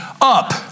up